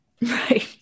Right